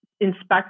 inspect